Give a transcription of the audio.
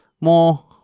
more